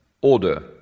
order